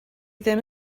ddim